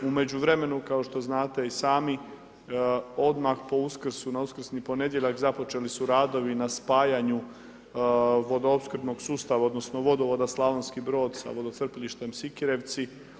U međuvremenu, kao što znate i sami, odmah po Uskrsu, na uskrsni ponedjeljak započeli su radovi na spajanju vodoopskrbnog sustava, odnosno vodova Slavonski Brod sa vodocrpilištem Sikirevci.